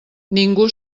ningú